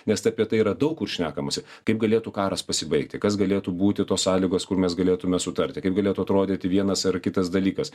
nes apie tai yra daug kur šnekamasi kaip galėtų karas pasibaigti kas galėtų būti tos sąlygos kur mes galėtume sutarti kaip galėtų atrodyti vienas ar kitas dalykas